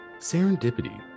Serendipity